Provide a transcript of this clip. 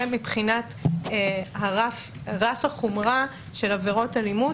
זה מבחינת רף החומרה של עבירות אלימות.